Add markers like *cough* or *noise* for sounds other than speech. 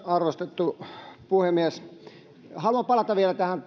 arvostettu puhemies haluan palata vielä tähän *unintelligible*